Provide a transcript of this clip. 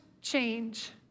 change